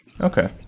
Okay